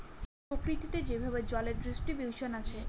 প্রকৃতিতে যেভাবে জলের ডিস্ট্রিবিউশন আছে